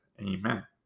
Amen